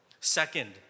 Second